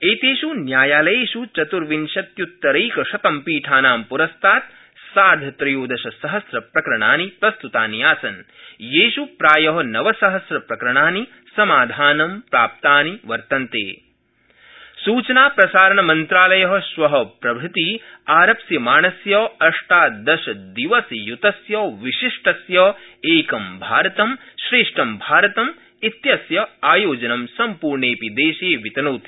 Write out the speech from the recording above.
एतष्ट्री न्यायालयक्ष्म प्रतुर्विशत्युत्तरैकशतं पीठानां पुरस्तात् सार्द्वत्रयोदशसहस्रप्रकरणानि प्रस्तुतानि आसन् यक्ष्म प्राय नवसहस्रप्रकरणानि समाधानं प्राप्तानि वर्तन्त एक भारत श्रष्टीभारतम् सुचनाप्रसारणमंत्रालय श्व प्रभृति आरप्स्यमाणस्य अष्टादशादिवसय्तस्य विशिष्टस्य एक भारतं श्रृष्ट भारतम इत्यस्य आयोजनं सम्पूर्णेंडपि दद्वावितनोति